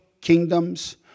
kingdoms